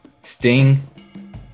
Sting